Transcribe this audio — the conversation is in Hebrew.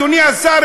אדוני השר,